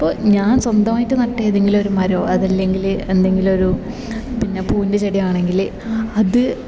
ഇപ്പം ഞാൻ സ്വന്തമായിട്ട് നട്ട ഏതെങ്കിലും ഒരു മരമോ അതല്ലെങ്കിൽ എന്തെങ്കിലും ഒരു പിന്നെ പൂവിൻ്റെ ചെടി ആണെങ്കിൽ അത്